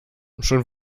schon